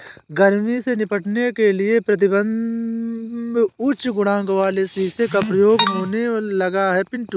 गर्मी से निपटने के लिए प्रतिबिंब उच्च गुणांक वाले शीशे का प्रयोग होने लगा है पिंटू